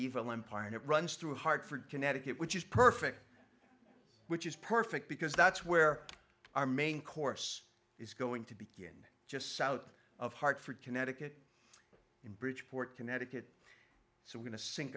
evil empire and it runs through hartford connecticut which is perfect which is perfect because that's where our main course is going to begin just south of hartford connecticut in bridgeport connecticut so going to sink